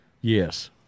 Yes